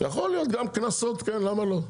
יכול להיות גם כן קנסות, למה לא?